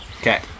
Okay